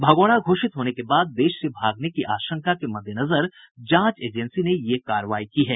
भगौड़ा घोषित होने के बाद देश से भागने की आशंका के मद्देनजर जांच एजेंसी ने यह कार्रवाई की है